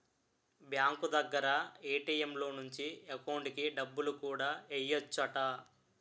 bank దగ్గర ATM లో నుంచి ఎకౌంటుకి డబ్బులు కూడా ఎయ్యెచ్చట